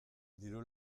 diru